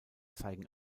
zeigen